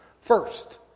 first